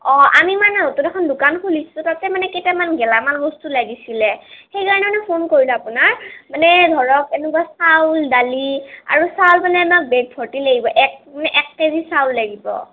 অঁ আমি মানে নতুন এখন দোকান খুলিছোঁ তাতে মানে কেইটামান গেলামাল বস্তু লাগিছিলে সেই কাৰণে মানে ফোন কৰিলোঁ আপোনাক মানে ধৰক এনেকুৱা চাউল দালি আৰু চাউল মানে আমাক বেগ ভৰ্তি লাগিব এক মানে এক কেজি চাউল লাগিব